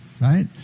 right